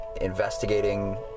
investigating